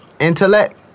intellect